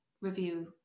review